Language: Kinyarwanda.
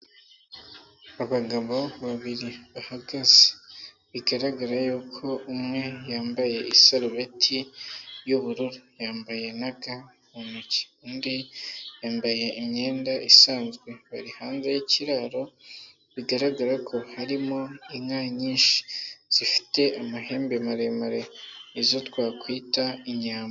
Abagabo babiri bahagaze bigaragara yuko umwe yambaye isarubeti y'ubururu, yambaye na ga mu ntoki, undi yambaye imyenda isanzwe bari hanze y'ikiraro bigaragara ko harimo inka nyinshi zifite amahembe maremare, izo twakwita inyambo.